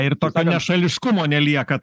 ir tokio nešališkumo nelieka